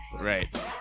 Right